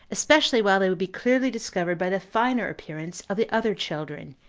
especially while they would be clearly discovered by the finer appearance of the other children,